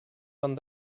van